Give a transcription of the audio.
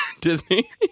Disney